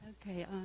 Okay